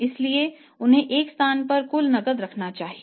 इसलिए उन्हें एक स्थान पर कुल नकद रखना चाहिए